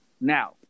now